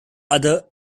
other